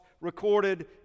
recorded